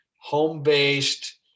home-based